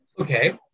Okay